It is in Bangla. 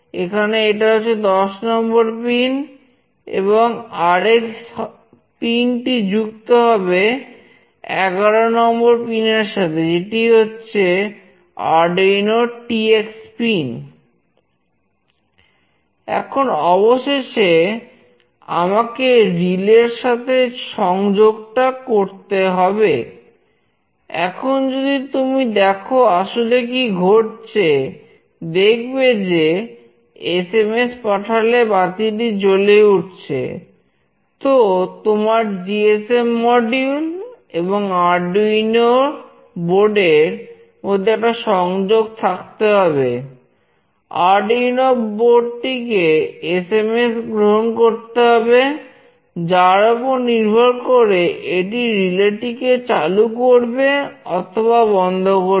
এখন অবশেষে আমাকে রিলে টিকে চালু করবে অথবা বন্ধ করবে